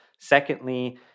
Secondly